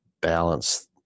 balance